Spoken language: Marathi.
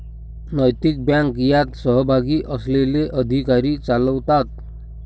नैतिक बँक यात सहभागी असलेले अधिकारी चालवतात